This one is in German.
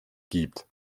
gibt